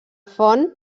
font